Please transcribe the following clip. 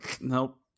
nope